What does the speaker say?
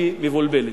הזאת, היא מבולבלת.